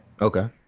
Okay